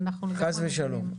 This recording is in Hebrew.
חס ושלום.